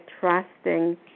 trusting